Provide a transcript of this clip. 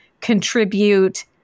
contribute